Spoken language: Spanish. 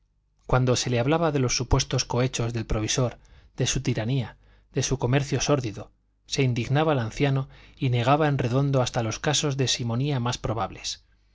cuando se le hablaba de los supuestos cohechos del provisor de su tiranía de su comercio sórdido se indignaba el anciano y negaba en redondo hasta los casos de simonía más probables